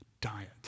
diet